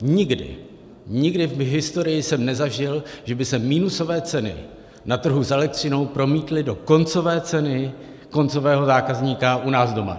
Nikdy, nikdy v historii jsem nezažil, že by se minusové ceny na trhu s elektřinou promítly do koncové ceny koncového zákazníka u nás doma.